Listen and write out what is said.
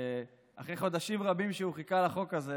שאחרי חודשים רבים שהוא חיכה לחוק הזה